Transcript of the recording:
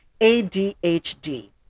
ADHD